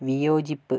വിയോജിപ്പ്